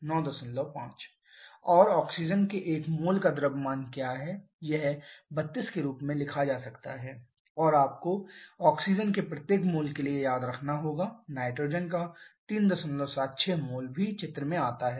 95 और ऑक्सीजन के 1 मोल का द्रव्यमान क्या है यह 32 के रूप में लिखा जा सकता है और आपको ऑक्सीजन के प्रत्येक मोल के लिए याद रखना होगा नाइट्रोजन का 376 मोल भी चित्र में आता है